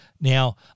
Now